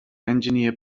engineer